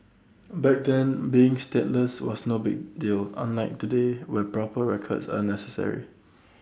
back then being stateless was no big deal unlike today where proper records are necessary